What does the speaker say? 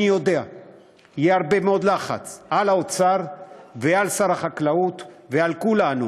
אני יודע שיהיה הרבה מאוד לחץ על האוצר ועל שר החקלאות ועל כולנו